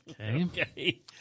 Okay